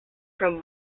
from